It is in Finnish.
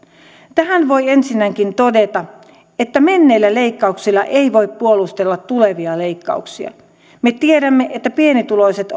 tähän voi ensinnäkin todeta että menneillä leikkauksilla ei voi puolustella tulevia leikkauksia me tiedämme että pienituloiset